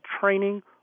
training